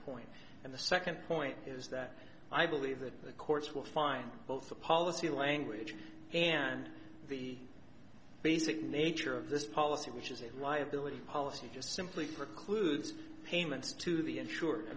point and the second point is that i believe that the courts will find both the policy language and the basic nature of this policy which is a liability policy just simply precludes payments to the insure